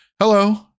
hello